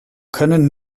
können